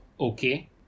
Okay